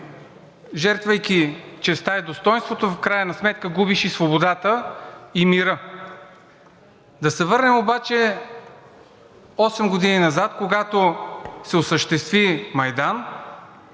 жертвайки честта и достойнството, в крайна сметка губиш и свободата, и мира. Да се върнем обаче осем години назад, когато се осъществи Майдана